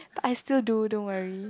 I still do don't worry